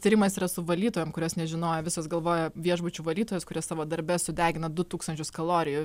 tyrimas yra su valytojom kurios nežinojo visos galvojo viešbučių valytojos kurios savo darbe sudegina du tūkstančius kalorijų